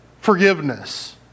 forgiveness